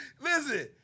listen